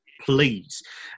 please